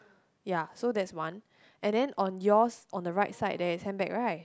ya so that's one and then on yours on the right side there is handbag right